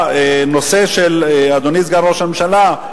אדוני ראש הממשלה,